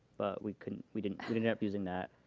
but we didn't we didn't end up using that.